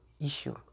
issue